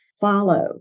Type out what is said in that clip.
follow